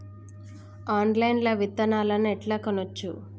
Online లా విత్తనాలను ఎట్లా కొనచ్చు?